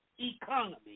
economy